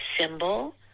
symbol